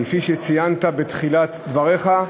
כפי שציינת בתחילת דבריך,